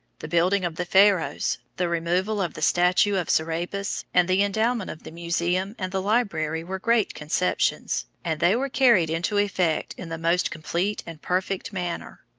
the building of the pharos, the removal of the statue of serapis, and the endowment of the museum and the library were great conceptions, and they were carried into effect in the most complete and perfect manner.